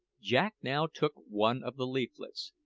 jack now took one of the leaflets,